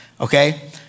okay